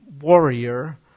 warrior